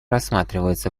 рассматривается